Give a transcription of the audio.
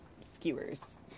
skewers